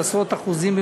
של עשרות אחוזים,